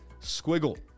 squiggle